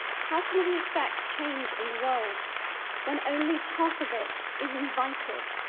how can we affect change in the world when only half of it is invited?